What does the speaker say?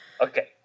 Okay